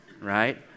right